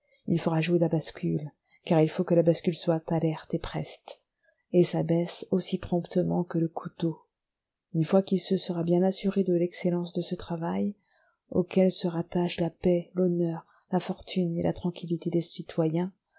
il fera jouer la bascule car il faut que la bascule soit alerte et preste et s'abaisse aussi promptement que le couteau une fois qu'il se sera bien assuré de l'excellence de ce travail auquel se rattachent la paix l'honneur la fortune et la tranquillité des citoyens